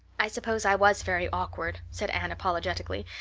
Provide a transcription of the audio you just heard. i suppose i was very awkward, said anne apologetically,